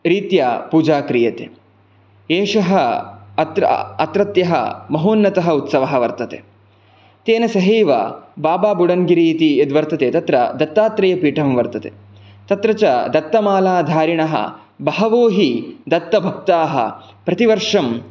रीत्या पूजा क्रियते एषः अत्रत्यः महोन्नतः उत्सवः वर्तते तेन सहैव बाबाबुडङ्गिरि इति यद्वर्तते तत्र दत्तात्रेयपीठं वर्तते तत्र च दत्तमालाधारिणः बहवो हि दत्तभक्ताः प्रतिवर्षं